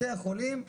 בתי החולים,